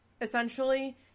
essentially